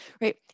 right